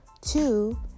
two